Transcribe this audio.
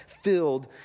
filled